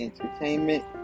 Entertainment